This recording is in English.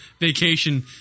vacation